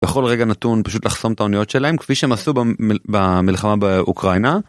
בכל רגע נתון פשוט לחסום את האוניות שלהם כפי שהם עשו במלחמה באוקראינה.